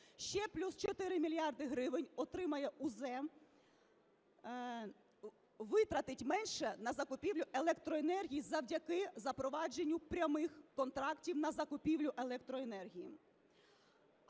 ще плюс 4 мільярди гривень отримає УЗ, витратить менше на закупівлю електроенергії завдяки запровадженню прямих контрактів на закупівлю електроенергії.